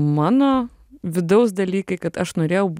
mano vidaus dalykai kad aš norėjau